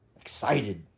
Excited